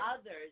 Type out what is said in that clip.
others